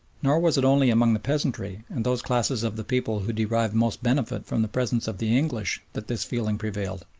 nor was it only among the peasantry and those classes of the people who derived most benefit from the presence of the english that this feeling prevailed.